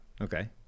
Okay